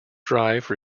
drive